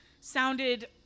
sounded